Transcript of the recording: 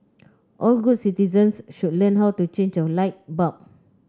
all good citizens should learn how to change a light bulb